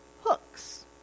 hooks